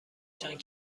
چند